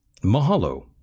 mahalo